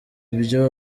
ibyo